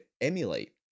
emulate